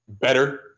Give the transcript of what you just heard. better